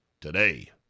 today